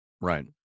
Right